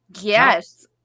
Yes